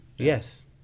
Yes